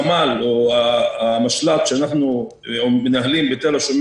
החמ"ל או המשל"ט שאנחנו מנהלים בתל השומר